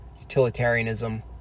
utilitarianism